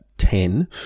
Ten